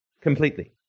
Completely